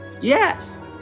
Yes